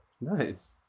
nice